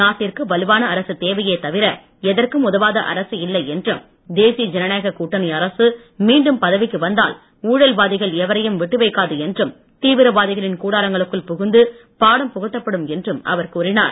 நாட்டிற்கு வலுவான அரசு தேவையே தவிர எதர்க்கும் உதவாத அரசு இல்லை என்றும் தேசிய ஜனநாயக கூட்டணி அரசு மீண்டும் பதவிக்கு வந்தால் ஊழல்வாதிகள் எவரையும் விட்டுவைக்காது என்றும் தீவிரவாதிகளின் கூடாராங்களுக்குள் புகுந்து பாடம் புகட்டப் படும் என்றும் அவர் கூறினார்